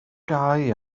gau